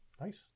Nice